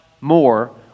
more